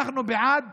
אנחנו בעד